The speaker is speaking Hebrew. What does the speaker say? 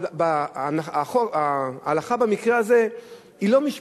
אבל ההלכה במקרה הזה היא לא משפט,